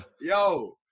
Yo